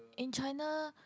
in China